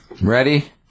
Ready